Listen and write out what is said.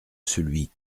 celui